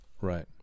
Right